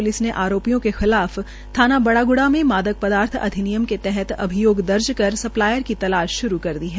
police ने आरोपियों से खिलाफ थाना बड़ाग्ढ़ा में मादक पदार्थ अधिनियम के तहत अभियोग दर्ज कर सप्लायर की तलाश श्रू कर दी है